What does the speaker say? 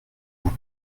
vous